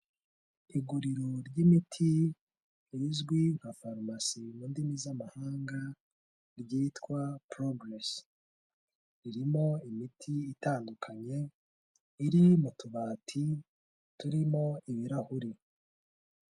Iguriro ry'imiti rizwi nka farumasi mu ndimi z'amahanga ryitwa Purogiresi. Ririmo imiti itandukanye iri mu tubati turimo ibirahuri.